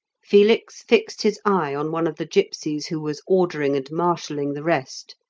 felix fixed his eye on one of the gipsies who was ordering and marshalling the rest,